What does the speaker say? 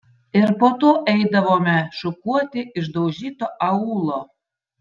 ir po to eidavome šukuoti išdaužyto aūlo